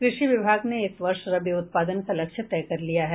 कृषि विभाग ने इस वर्ष रबी उत्पादन का लक्ष्य तय कर लिया है